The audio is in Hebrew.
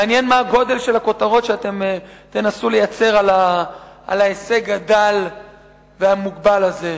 מעניין מה הגודל של הכותרות שאתם תנסו לייצר על ההישג הדל והמוגבל הזה.